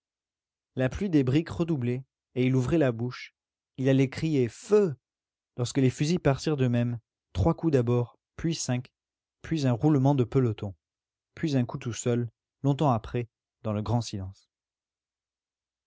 la pluie des briques redoublait et il ouvrait la bouche il allait crier feu lorsque les fusils partirent d'eux-mêmes trois coups d'abord puis cinq puis un roulement de peloton puis un coup tout seul longtemps après dans le grand silence